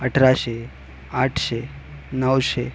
अठराशे आठशे नऊशे